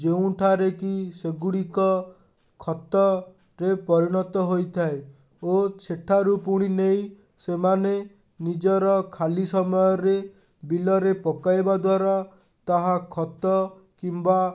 ଯେଉଁଠାରେ କି ସେଗୁଡ଼ିକ ଖତରେ ପରିଣତ ହୋଇଥାଏ ଓ ସେଠାରୁ ପୁଣି ନେଇ ସେମାନେ ନିଜର ଖାଲି ସମୟରେ ବିଲରେ ପକାଇବା ଦ୍ଵାରା ତାହା ଖତ କିମ୍ବା